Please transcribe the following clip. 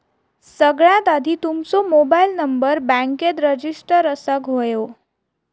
सगळ्यात आधी तुमचो मोबाईल नंबर बॅन्केत रजिस्टर असाक व्हयो